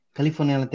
California